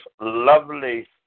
lovely